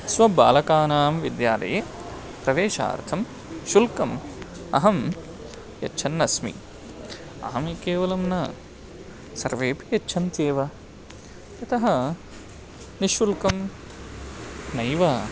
स्वबालकानां विद्यालये प्रवेशार्थं शुल्कम् अहं यच्छन्नस्मि अहं केवलं न सर्वेपि यच्छन्त्येव यतः निःशुल्कं नैव